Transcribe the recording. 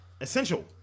Essential